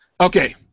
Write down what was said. Okay